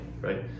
right